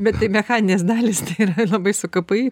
taip bet tai mechaninės dalys tai yra labai su kpi